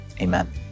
amen